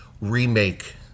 remake